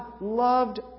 loved